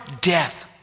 death